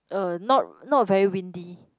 uh not not very windy